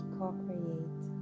co-create